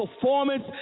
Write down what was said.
performance